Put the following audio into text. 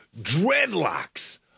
dreadlocks